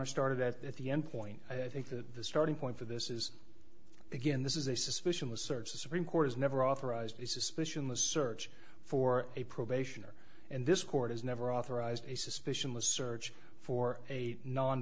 i started at the end point i think that the starting point for this is again this is a suspicion a search the supreme court has never authorized a suspicion the search for a probation or and this court has never authorized a suspicion was a search for a non